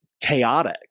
chaotic